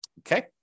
okay